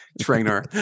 trainer